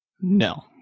No